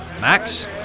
Max